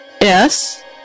Yes